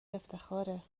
افتخاره